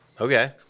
Okay